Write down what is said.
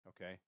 okay